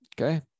okay